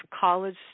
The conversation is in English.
college